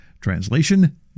Translation